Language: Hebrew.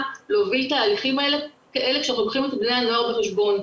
להוביל את התהליכים האלה כשלוקחים את בני הנוער בחשבון.